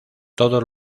todos